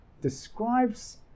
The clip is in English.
describes